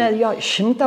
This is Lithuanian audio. jo šimtą